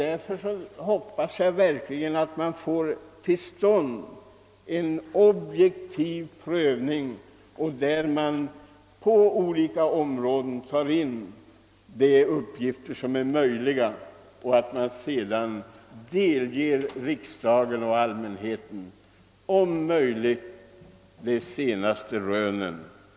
Därför hoppas jag verkligen att man får till stånd en objektiv prövning och delger riksdagen och allmänheten de senaste rönen.